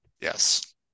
Yes